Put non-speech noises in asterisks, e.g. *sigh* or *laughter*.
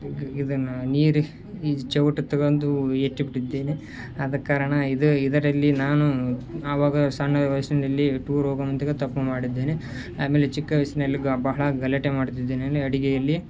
ಇದು ಇದನ್ನು ನೀರು ಈ ಸೌಟ್ ತಗೊಂಡು *unintelligible* ಆದ ಕಾರಣ ಇದು ಇದರಲ್ಲಿ ನಾನು ಆವಾಗ ಸಣ್ಣ ವಯಸ್ಸಿನಲ್ಲಿ ಟೂರ್ ಹೋಗೋ ಮುಂತಗ ತಪ್ಪು ಮಾಡಿದ್ದೇನೆ ಆಮೇಲೆ ಚಿಕ್ಕ ವಯಸ್ಸಿನಲ್ಲಿ ಗ ಬಹಳ ಗಲಾಟೆ ಮಾಡುತ್ತಿದ್ದೇನೆ *unintelligible* ಅಡುಗೆಯಲ್ಲಿ